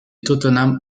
tottenham